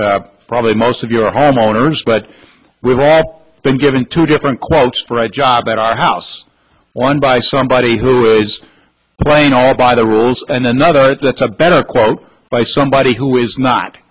probably most of your homeowners but we've all been given two different quotes for a job at our house one by somebody who is playing all by the rules and another that's a better quote by somebody who is not